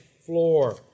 floor